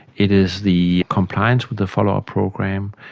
it is the compliance with the follow-up program,